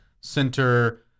Center